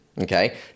Okay